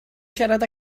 siarad